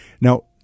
Now